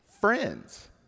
friends